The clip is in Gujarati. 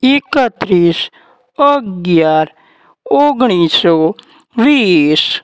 એકત્રીસ અગિયાર ઓગણીસો વીસ